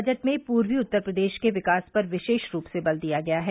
budget में पूर्वी उत्तर प्रदेश के विकास पर विशेष रूप से बल दिया गया है